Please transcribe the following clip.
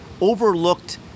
overlooked